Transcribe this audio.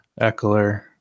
Eckler